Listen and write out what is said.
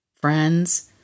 friends